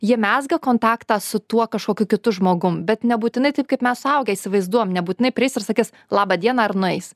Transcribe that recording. jie mezga kontaktą su tuo kažkokiu kitu žmogum bet nebūtinai taip kaip mes suaugę įsivaizduojam nebūtinai prieis ir sakys laba diena ar nueis